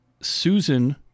Susan